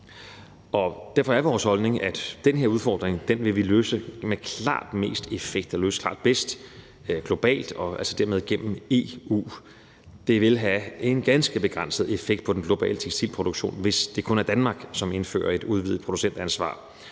Derfor er vores holdning, at den her udfordring vil vi løse med klart mest effekt og klart bedst globalt gennem EU. Det vil have en ganske begrænset effekt på den globale tekstilproduktion, hvis det kun er Danmark, som indfører et udvidet producentansvar.